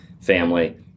family